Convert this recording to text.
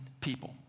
people